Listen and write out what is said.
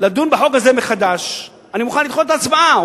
לדון בחוק הזה מחדש, אני מוכן לדחות את ההצבעה.